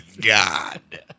god